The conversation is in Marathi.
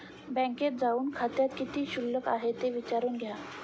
बँकेत जाऊन खात्यात किती शिल्लक आहे ते विचारून घ्या